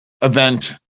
event